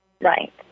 Right